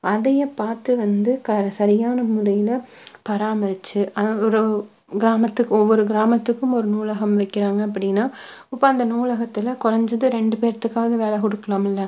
அதையை பார்த்து வந்து க சரியான முறையில் பராமரிச்சு ஒரு கிராமத்து ஒவ்வொரு கிராமத்துக்கும் ஒரு நூலகம் வைக்கிறாங்க அப்படின்னா இப்போ அந்த நூலகத்தில் குறைஞ்சது ரெண்டு பேர்த்துக்காதுவது வேலை கொடுக்கலாம்ல